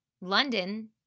London